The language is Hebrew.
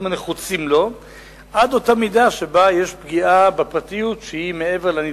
הנחוצים לו עד אותה מידה שבה יש פגיעה בפרטיות שהיא מעבר לנדרש.